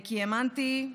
כי האמנתי,